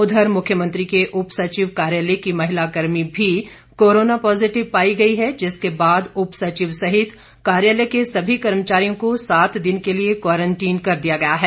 उधर मुख्यमंत्री के उप सचिव कार्यालय की महिला कर्मी भी कोरोना पॉजीटिव पाई गई है जिसके बाद उपसचिव सहित कार्यालय के सभी कर्मचारियों को सात दिन के लिए क्वारंटीन कर दिया गया है